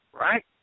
right